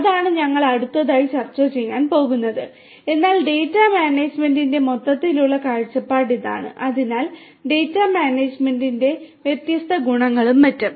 അതാണ് ഞങ്ങൾ അടുത്തതായി ചർച്ച ചെയ്യാൻ പോകുന്നത് എന്നാൽ ഡാറ്റാ മാനേജ്മെന്റിന്റെ മൊത്തത്തിലുള്ള കാഴ്ചപ്പാട് ഇതാണ് അതിനാൽ ഡാറ്റാ മാനേജുമെന്റിന്റെ വ്യത്യസ്ത ഗുണങ്ങളും മറ്റും